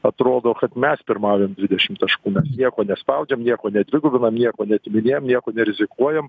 atrodo kad mes pirmaujam dvidešim taškų mes nieko nespaudžiam nieko nedvigubinam nieko neatiminėjam nieko nerizikuojam